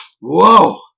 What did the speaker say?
whoa